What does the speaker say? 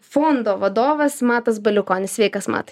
fondo vadovas matas baliukonis sveikas matai